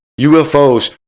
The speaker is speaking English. UFOs